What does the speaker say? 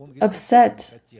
upset